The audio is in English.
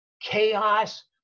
chaos